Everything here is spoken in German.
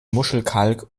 muschelkalk